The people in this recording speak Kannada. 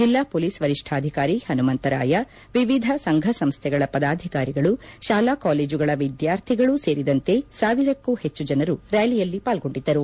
ಜಿಲ್ಲಾ ಪೋಲಿಸ್ ವರಿಷ್ಠಾಧಿಕಾರಿ ಹನುಮಂತರಾಯ ವಿವಿಧ ಸಂಘ ಸಂಸ್ಥೆಗಳ ಪದಾಧಿಕಾರಿಗಳು ಶಾಲಾ ಕಾಲೇಜುಗಳ ವಿದ್ಯಾರ್ಥಿಗಳೂ ಸೇರಿದಂತೆ ಸಾವಿರಕ್ಕೂ ಹೆಚ್ಚು ಜನರು ರ್ಯಾಲಿಯಲ್ಲಿ ಪಾಲ್ಗೊಂಡಿದ್ದರು